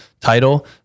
title